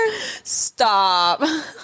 Stop